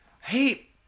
hey